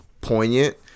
poignant